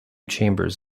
chambers